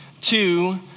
two